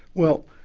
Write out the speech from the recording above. well,